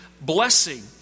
blessing